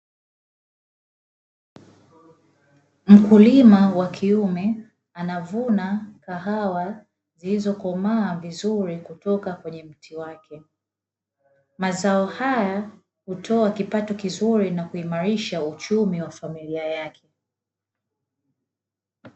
Mkulima wa kiume anavuna kahawa, zilizokomaa vizuri kutoka kwenye mti wake, mazao haya hutoa kipato kizuri na kuimarisha uchumi wa familia yake.